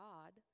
God